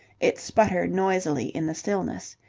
it sputtered noisily in the stillness.